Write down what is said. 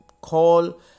call